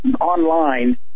online